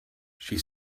she